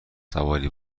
سواری